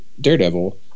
Daredevil